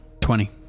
Twenty